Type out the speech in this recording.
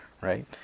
Right